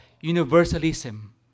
universalism